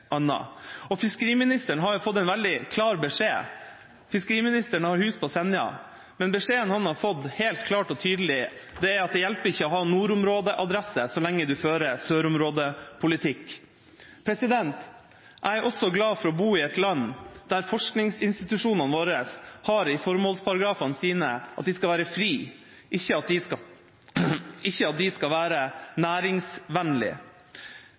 Fiskeriministeren har fått en veldig klar beskjed. Fiskeriministeren har hus på Senja, men beskjeden han har fått, helt klart og tydelig, er at det ikke hjelper å ha nordområdeadresse så lenge man fører sørområdepolitikk. Jeg er også glad for å bo i et land der forskningsinstitusjonene våre har i formålsparagrafene at de skal være fri, ikke at de skal